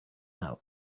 out